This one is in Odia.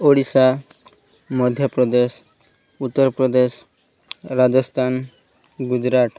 ଓଡ଼ିଶା ମଧ୍ୟପ୍ରଦେଶ ଉତ୍ତରପ୍ରଦେଶ ରାଜସ୍ଥାନ ଗୁଜୁରାଟ